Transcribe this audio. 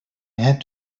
had